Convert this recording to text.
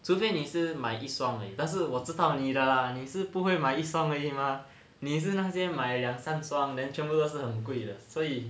除非你是买一双而已但是我知道你的 lah 你是不会买一双而已 mah 你是那些买两三双 then 全部都是很贵的所以